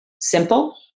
simple